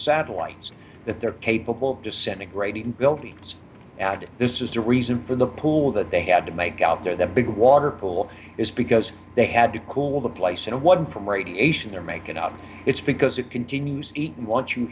satellites that they're capable of disintegrating buildings added this is the reason for the pool that they had to make out there that big water pool is because they had to cool the place and one from radiation they're making up it's because it continues